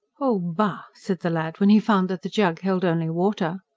oh, bah! said the lad, when he found that the jug held only water.